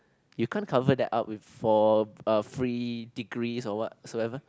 you can't cover that up with for a free degrees or whatsoever